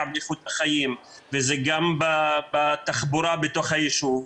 באיכות החיים וזה גם בתחבורה בתוך היישוב.